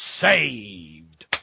saved